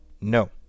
No